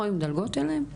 אנחנו היינו מדלגות עליהן?